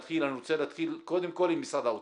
אני רוצה להתחיל קודם כל עם משרד האוצר.